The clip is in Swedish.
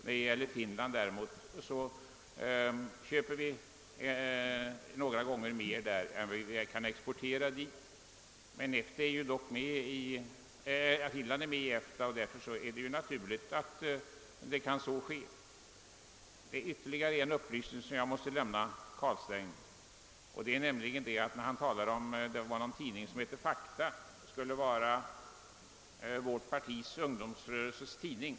Från Finland importerar vi däremot för en summa som är några gånger större än siffran för vår export dit. även Finland är emellertid medlem i EFTA, och det är därför naturligt att så kan bli förhållandet. Ytterligare en upplysning som jag måste lämna herr Carlstein föranleds av hans omnämnande av en tidning som heter Forum och som skulle vara vårt partis ungdomsrörelses tidning.